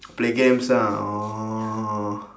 play games lah orh